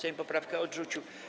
Sejm poprawkę odrzucił.